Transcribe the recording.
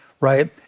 right